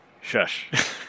Shush